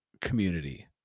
community